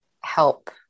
help